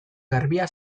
garbia